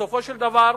בסופו של דבר,